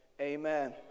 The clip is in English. Amen